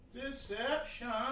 Deception